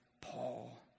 Paul